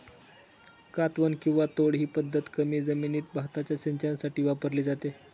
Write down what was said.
कातवन किंवा तोड ही पद्धत कमी जमिनीत भाताच्या सिंचनासाठी वापरली जाते